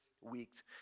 weeks